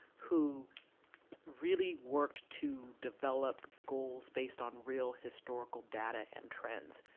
who really worked to develop goals based on real, historical data and trends.